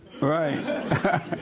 Right